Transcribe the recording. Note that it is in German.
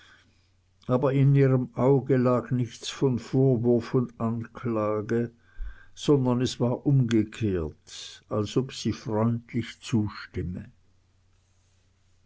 aber in ihrem auge lag nichts von vorwurf und anklage sondern es war umgekehrt als ob sie freundlich zustimme